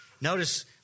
Notice